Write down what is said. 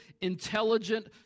intelligent